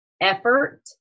effort